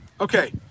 Okay